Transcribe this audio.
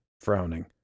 frowning